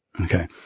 Okay